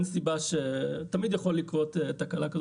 אין סיבה --- תמיד יכולה לקרות תקלה כזאת